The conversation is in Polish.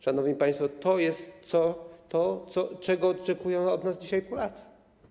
Szanowni państwo, to jest to, czego oczekują od nas dzisiaj Polacy.